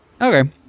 Okay